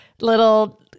little